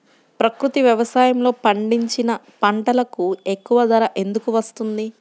ప్రకృతి వ్యవసాయములో పండించిన పంటలకు ఎక్కువ ధర ఎందుకు వస్తుంది?